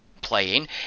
playing